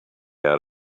out